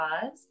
pause